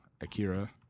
Akira